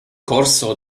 corso